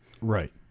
Right